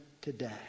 today